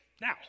now